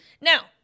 now